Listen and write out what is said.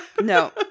No